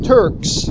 Turks